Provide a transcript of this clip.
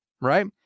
right